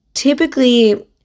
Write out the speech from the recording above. typically